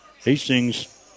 Hastings